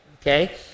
okay